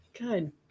Good